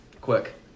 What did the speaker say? Quick